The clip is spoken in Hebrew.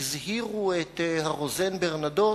והזהירו את הרוזן ברנדוט